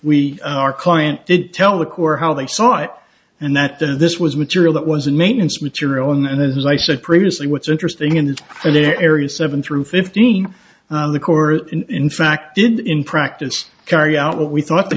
we our client did tell the corps how they saw it and that this was material that was a maintenance material and as i said previously what's interesting and it's in their area seven through fifteen the court in fact did in practice carry out what we thought the